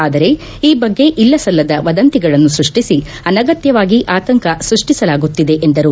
ಆದರೆ ಈ ಬಗ್ಗೆ ಇಲ್ಲಸಲ್ಲದ ವದಂತಿಗಳನ್ನು ಸ್ಕಷ್ಟಿಸಿ ಅನಗತ್ಯವಾಗಿ ಆತಂಕ ಸ್ಪಷ್ಷಿಸಲಾಗುತ್ತಿದೆ ಎಂದರು